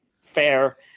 fair